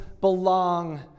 belong